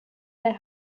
der